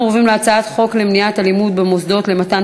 אנחנו עוברים להצעת חוק למניעת אלימות במוסדות למתן